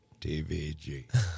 TVG